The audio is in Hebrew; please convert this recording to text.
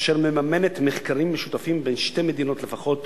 אשר מממנת מחקרים משותפים בין שתי מדינות לפחות